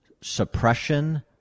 suppression